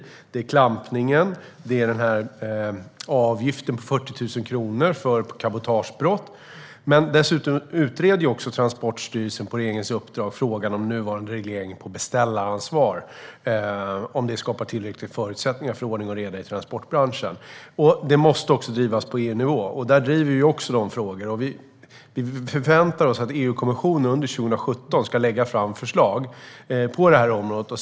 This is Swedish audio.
Vi har infört klampning och avgiften på 40 000 kronor för cabotagebrott. Dessutom utreder Transportstyrelsen på regeringens uppdrag frågan om nuvarande reglering av beställaransvar, om det skapar tillräckliga förutsättningar för ordning och reda i transportbranschen. Frågan måste drivas på EU-nivå, och det gör vi också. Vi förväntar oss att EU-kommissionen under 2017 ska lägga fram förslag på det här området.